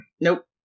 Nope